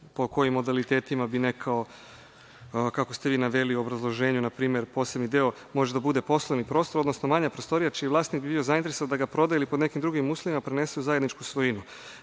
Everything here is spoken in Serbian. po kojim modalitetima bi ne, kao kako ste vi naveli u obrazloženju, na primer poslednji deo može da bude poslovni prostor, odnosno manja prostorija čiji vlasnik je bio zainteresovan da ga prodaje ili pod nekim drugim uslovima prenese u zajedničku svojinu,